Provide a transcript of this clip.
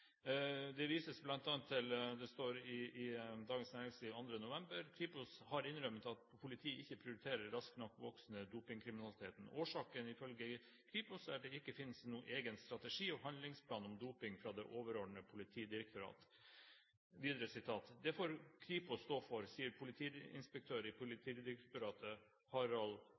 til Dagens Næringsliv 2. november, der det står: «Kripos har innrømmet at politiet ikke prioriterer den raskt voksende dopingkriminaliteten. Årsaken er ifølge Kripos at det ikke finnes noen egen strategi og handlingsplan om doping fra det overordnede Politidirektoratet.» Videre står det: «Det får Kripos stå for, sier politiinspektør i Politidirektoratet